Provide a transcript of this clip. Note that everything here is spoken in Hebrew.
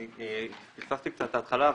פספסתי קצת את ההתחלה.